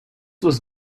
was